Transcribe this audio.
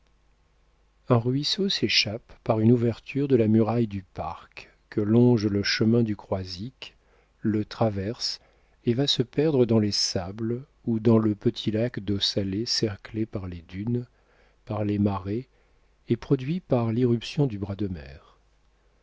un ruisseau s'échappe par une ouverture de la muraille du parc que longe le chemin du croisic le traverse et va se perdre dans les sables ou dans le petit lac d'eau salée cerclé par les dunes par les marais et produit par l'irruption du bras de mer